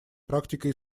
практикой